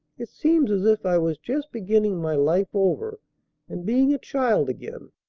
it seems as if i was just beginning my life over and being a child again.